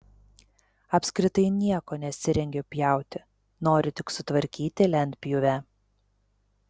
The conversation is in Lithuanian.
apskritai nieko nesirengiu pjauti noriu tik sutvarkyti lentpjūvę